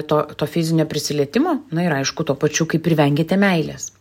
to to fizinio prisilietimo na ir aišku tuo pačiu kaip ir vengiate meilės